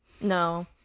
No